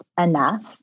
enough